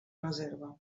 reserva